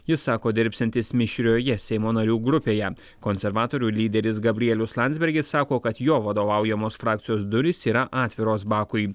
jis sako dirbsiantis mišrioje seimo narių grupėje konservatorių lyderis gabrielius landsbergis sako kad jo vadovaujamos frakcijos durys yra atviros bakui